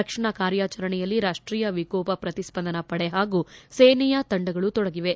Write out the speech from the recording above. ರಕ್ಷಣಾ ಕಾರ್ಯಾಚರಣೆಗಳಲ್ಲಿ ರಾಷ್ಷೀಯ ವಿಕೋಪ ಪ್ರತಿಸ್ವಂದನ ಪಡೆ ಹಾಗೂ ಸೇನೆಯ ತಂಡಗಳು ತೊಡಗಿವೆ